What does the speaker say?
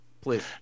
please